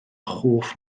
hoff